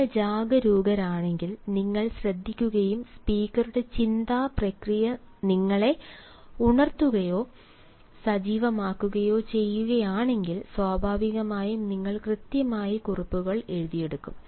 നിങ്ങൾ ജാഗരൂകരാണെങ്കിൽ നിങ്ങൾ ശ്രദ്ധിക്കുകയും സ്പീക്കറുടെ ചിന്താ പ്രക്രിയ നിങ്ങളെ ഉണർത്തുകയോ സജീവമാക്കുകയോ ചെയ്യുകയാണെങ്കിൽ സ്വാഭാവികമായും നിങ്ങൾ കൃത്യമായ കുറിപ്പുകൾ എഴുതിയെടുക്കും